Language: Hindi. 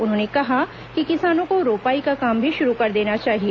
उन्होंने कहा कि किसानों को रोपाई का काम भी शुरू कर देना चाहिए